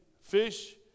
fish